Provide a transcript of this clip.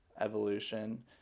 evolution